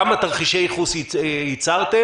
כמה תרחישיי ייחוס ייצרתם?